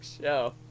show